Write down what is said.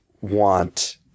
want